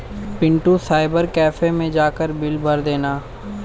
Pintu cyber cafe मैं जाकर bill भर देना